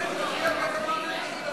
לפי התקנון אין כזה דבר.